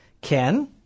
Ken